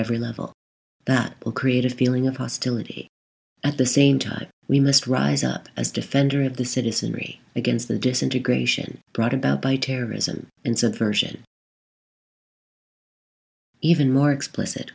every level that will create a feeling of hostility at the same time we must rise up as defender of the citizenry against the disintegration brought about by terrorism incident even more explicit